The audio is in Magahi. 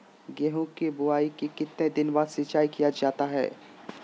गेंहू की बोआई के कितने दिन बाद सिंचाई किया जाता है?